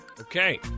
Okay